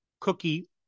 Cookie